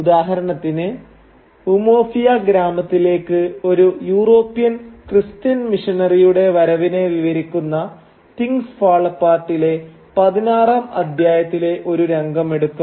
ഉദാഹരണത്തിന് ഉമൊഫിയ ഗ്രാമത്തിലേക്ക് ഒരു യൂറോപ്യൻ ക്രിസ്ത്യൻ മിഷനറിയുടെ വരവിനെ വിവരിക്കുന്ന 'തിങ്സ് ഫാൾ അപ്പാർട്ടിലെ' പതിനാറാം അധ്യായത്തിലെ ഒരു രംഗം എടുക്കാം